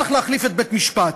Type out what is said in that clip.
צריך להחליף את בית-המשפט.